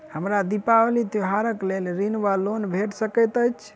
हमरा दिपावली त्योहारक लेल ऋण वा लोन भेट सकैत अछि?